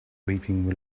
weeping